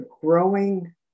growing